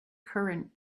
current